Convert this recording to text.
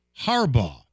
Harbaugh